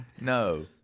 No